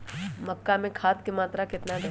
मक्का में खाद की मात्रा कितना दे?